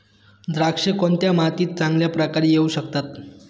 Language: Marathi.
द्राक्षे कोणत्या मातीत चांगल्या प्रकारे येऊ शकतात?